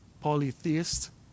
polytheist